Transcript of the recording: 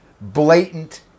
blatant